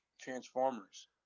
Transformers